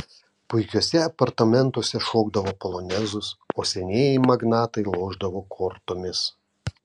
puikiuose apartamentuose šokdavo polonezus o senieji magnatai lošdavo kortomis